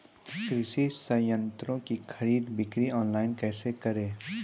कृषि संयंत्रों की खरीद बिक्री ऑनलाइन कैसे करे?